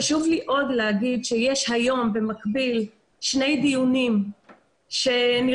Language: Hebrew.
חשוב לי עוד לומר שהיום במקביל יש שני דיונים שנראים